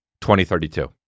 2032